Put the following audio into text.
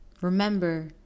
Remember